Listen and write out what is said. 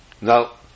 now